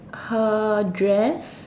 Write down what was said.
her dress